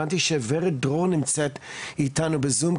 הבנתי ש-ורד דרור נמצאת איתנו בזום.